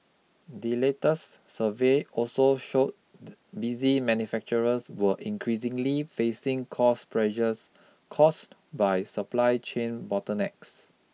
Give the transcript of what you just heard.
the latest survey also showed busy manufacturers were increasingly facing cost pressures caused by supply chain bottlenecks